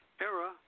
ERA